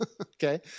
okay